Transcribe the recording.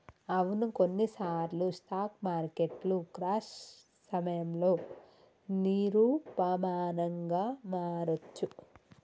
అవును కొన్నిసార్లు స్టాక్ మార్కెట్లు క్రాష్ సమయంలో నిరూపమానంగా మారొచ్చు